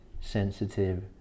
sensitive